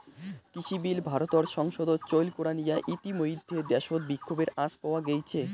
কৃষিবিল ভারতর সংসদত চৈল করা নিয়া ইতিমইধ্যে দ্যাশত বিক্ষোভের আঁচ পাওয়া গেইছে